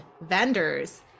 vendors